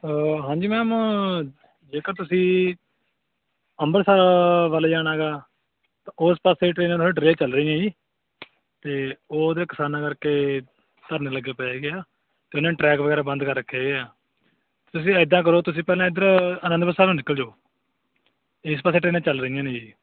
ਹਾਂਜੀ ਮੈਮ ਜੇਕਰ ਤੁਸੀਂ ਅੰਮ੍ਰਿਤਸਰ ਵੱਲ ਜਾਣਾ ਗਾ ਤਾਂ ਉਸ ਪਾਸੇ ਟਰੇਨਾਂ ਥੋੜ੍ਹਾ ਜਿਹਾ ਡਿਲੇਅ ਚੱਲ ਰਹੀਆਂ ਜੀ ਤੇ ਉਹਦੇ ਕਿਸਾਨਾਂ ਕਰਕੇ ਧਰਨੇ ਲੱਗੇ ਪਏ ਆ ਅਤੇ ਇਹਨਾਂ ਟਰੈਕ ਵਗੈਰਾ ਬੰਦ ਕਰ ਰੱਖੇ ਹੈਗੇ ਆ ਤੁਸੀਂ ਇੱਦਾਂ ਕਰੋ ਤੁਸੀਂ ਪਹਿਲਾਂ ਇੱਧਰ ਅਨੰਦਪੁਰ ਸਾਹਿਬ ਨੂੰ ਨਿਕਲ ਜਾਓ ਇਸ ਪਾਸੇ ਟਰੇਨਾਂ ਚੱਲ ਰਹੀਆਂ ਨੇ ਜੀ